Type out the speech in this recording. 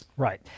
Right